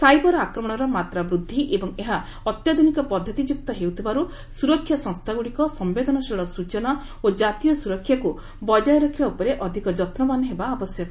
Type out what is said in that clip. cyber ଆକ୍ରମଣର ମାତ୍ରା ବୃଦ୍ଧି ଏବଂ ଏହା ଅତ୍ୟାଧୁନିକ ପଦ୍ଧତିଯୁକ୍ତ ହେଉଥିବାରୁ ସୁରକ୍ଷା ସଂସ୍ଥାଗୁଡ଼ିକ ସମ୍ଘେଦନଶୀଳ ସୂଚନା ଓ ଜାତୀୟ ସୁରକ୍ଷାକୁ ବଜାୟ ରଖିବା ଉପରେ ଅଧିକ ଯତ୍ନବାନ ହେବା ଆବଶ୍ୟକ